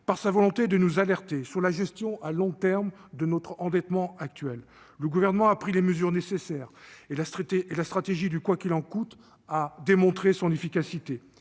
par sa volonté de nous alerter sur la gestion à long terme de notre endettement actuel. Le Gouvernement a pris les mesures nécessaires et la stratégie du « quoi qu'il en coûte » a démontré son efficacité.